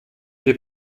des